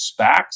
SPACs